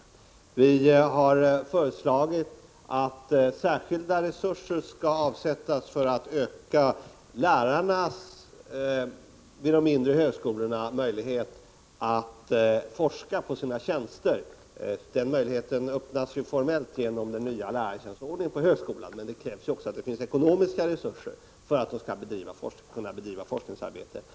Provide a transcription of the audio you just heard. Vi har föreslagit att särskilda resurser skall avsättas för att öka lärarnas vid de mindre högskolorna möjlighet att forska på sina tjänster. Den möjligheten öppnas formellt genom den nya lärartjänstordningen på högskolorna, men det krävs också ekonomiska resurser för att de skall kunna bedriva forskningsarbete.